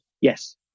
Yes